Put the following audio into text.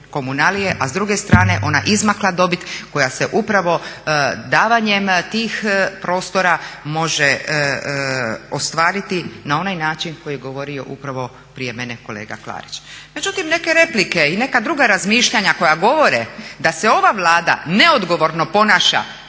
a s druge strane ona izmakla dobit koja se upravo davanjem tih prostora može ostvariti na onaj način koji je govorio upravo prije mene kolega Klarić. Međutim, neke replike i neka druga razmišljanja koja govore da se ova Vlada neodgovorno ponaša